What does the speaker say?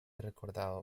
recordado